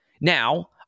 Now